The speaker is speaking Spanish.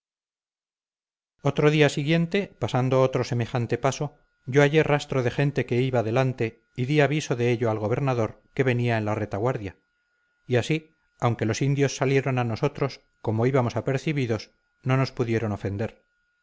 otro día siguiente pasando otro semejante paso yo hallé rastro de gente que iba delante y di aviso de ello al gobernador que venía en la retaguardia y así aunque los indios salieron a nosotros como íbamos apercibidos no nos pudieron ofender